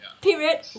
period